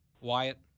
Wyatt